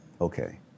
okay